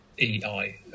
EI